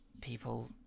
people